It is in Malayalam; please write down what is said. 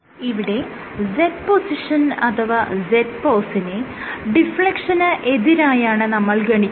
ഇവിടെ Z പൊസിഷൻ അഥവാ Z പോസിനെ ഡിഫ്ലെക്ഷന് എതിരായാണ് നമ്മൾ ഗണിക്കുന്നത്